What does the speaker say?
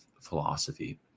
philosophy